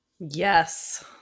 Yes